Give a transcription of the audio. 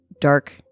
dark